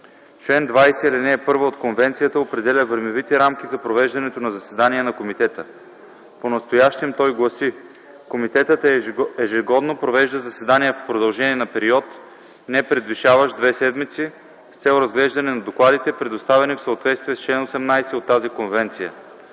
Член 20, ал. 1 от Конвенцията определя времевите рамки за провеждането на заседание на Комитета. Понастоящем той гласи: „Комитетът ежегодно провежда заседания в продължение на период, не превишаващ две седмици, с цел разглеждане на докладите, представени в съответствие с чл. 18 от тази Конвенция”.